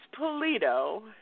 Polito